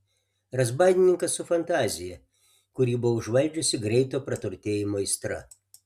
razbaininkas su fantazija kurį buvo užvaldžiusi greito praturtėjimo aistra